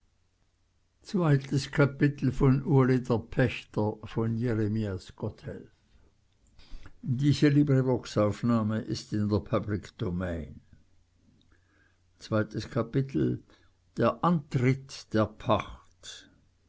zweites kapitel der antritt der pacht